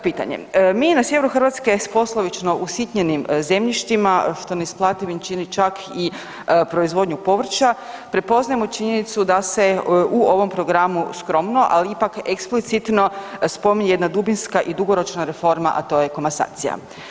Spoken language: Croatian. Pitanje, mi na sjeveru Hrvatske s poslovično usitnjenim zemljištima sa neisplativim čak i proizvodnjom povrća prepoznajemo činjenicu da se u ovom programu skromno, ali ipak eksplicitno spominje jedna dubinska i dugoročna reforma, a to je komasacija.